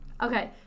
Okay